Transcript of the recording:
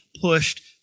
pushed